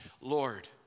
Lord